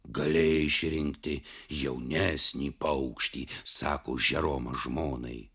galėjai išrinkti jaunesnį paukštį sako žeromas žmonai